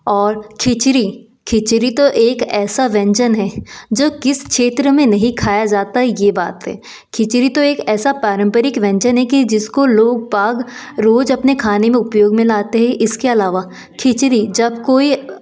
और खिचड़ी खिचड़ी तो एक ऐसा व्यंजन है जो किस क्षेत्र में नहीं खाया जाता यह बात है खिचड़ी तो एक ऐसा पारम्परिक व्यंजन है कि जिसको लोग बाग रोज़ अपने खाने में उपयोग में लाते हैं इसके अलावा खिचड़ी जब कोई